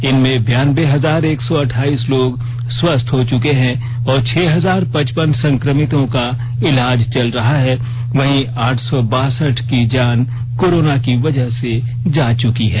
इनमें बियान्बे हजार एक सौ अठाइस लोग स्वस्थ हो चुके हैं और छह हजार पचपन संक्रमितों का इलाज चल रहा है वहीं आठ सौ बासठ की जान कोरोना की वजह से जा चुकी है